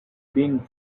being